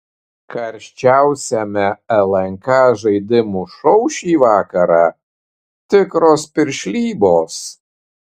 karščiausiame lnk žaidimų šou šį vakarą tikros piršlybos